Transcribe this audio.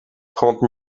trente